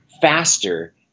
faster